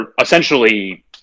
essentially